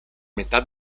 metà